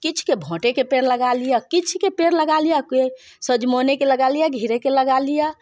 किछु के भाँटेके पेड़ लगा लिअ किछुके पेड़ लगा लिअ सजमनिएके लगा लिअ घेरेके लगा लिअ